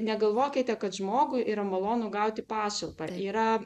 negalvokite kad žmogui yra malonu gauti pašalpą yra